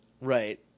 Right